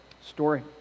story